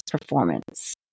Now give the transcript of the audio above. performance